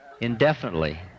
indefinitely